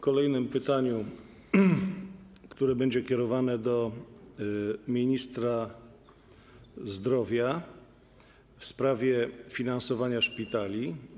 Kolejne pytanie będzie kierowane do ministra zdrowia, w sprawie finansowania szpitali.